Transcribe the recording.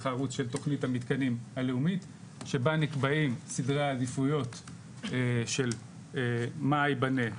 הערוץ של תכנית המתקנים הלאומית שבה נקבעים סדרי העדיפויות של מה ייבנה,